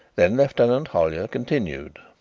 then lieutenant hollyer continued